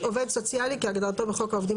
"עובד סוציאלי" כהגדרתו בחוק העובדים